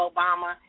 Obama